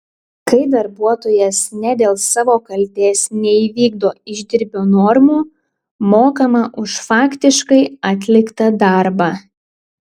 kai darbuotojas ne dėl savo kaltės neįvykdo išdirbio normų mokama už faktiškai atliktą darbą